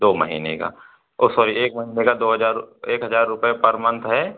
दो महीने का ओह सॉरी एक महीने का दो हजार एक हजार रुपये पर मंथ है